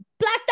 Black